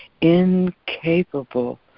incapable